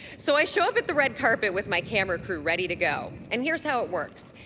so i show up at the red carpet with my camera crew ready to go. and here's how it works.